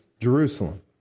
Jerusalem